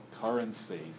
currency